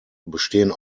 bestehen